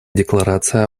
декларация